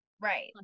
Right